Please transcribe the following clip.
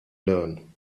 learn